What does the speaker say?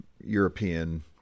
European